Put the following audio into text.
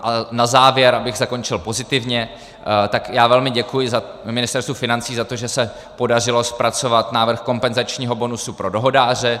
A na závěr, abych zakončil pozitivně, tak já velmi děkuji Ministerstvu financí za to, že se podařilo zpracovat návrh kompenzačního bonusu pro dohodáře.